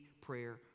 prayer